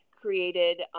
created